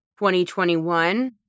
2021